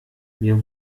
mir